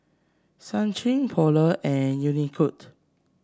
Schick Polar and Unicurd